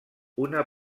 una